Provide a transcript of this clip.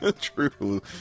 True